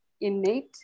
innate